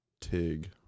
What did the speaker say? Tig